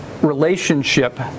relationship